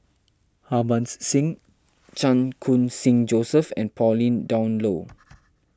Harbans Singh Chan Khun Sing Joseph and Pauline Dawn Loh